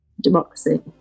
democracy